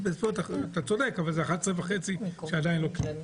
אתה צודק, אבל זה 11.5 אלף שעדיין לא קיבלו.